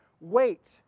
wait